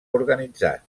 organitzat